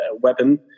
weapon